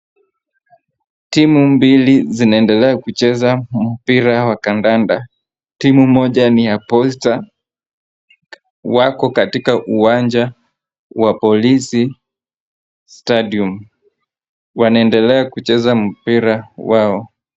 Timu mbili zinaendelea kucheza mpira wa kadada. Timu moja ni ya Posta, wako katika uwanja wa Polisi Stadium. Wanaedelea kucheza mpira wao.